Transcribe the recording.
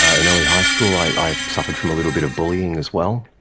ah in early high school i i suffered from a little bit of bullying as well.